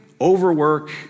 overwork